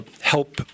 help